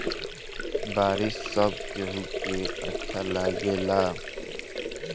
बारिश सब केहू के अच्छा लागेला